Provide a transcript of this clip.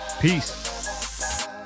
peace